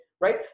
right